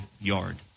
yard